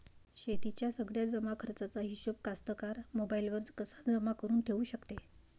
शेतीच्या सगळ्या जमाखर्चाचा हिशोब कास्तकार मोबाईलवर कसा जमा करुन ठेऊ शकते?